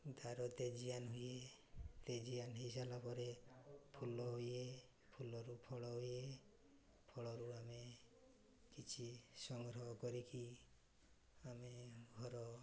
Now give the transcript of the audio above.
ତା'ର ତେଜୀୟାନ ହୁଏ ତେଜୀୟାନ ହେଇସାରିଲା ପରେ ଫୁଲ ହୁଏ ଫୁଲରୁ ଫଳ ହୁଏ ଫଳରୁ ଆମେ କିଛି ସଂଗ୍ରହ କରିକି ଆମେ ଘର